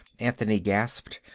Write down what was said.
anthony gasped.